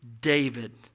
David